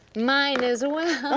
mine as well.